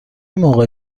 موقع